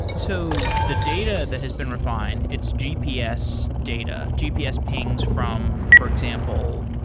so the data that has been refined, it's gps data. gps pings from, for example,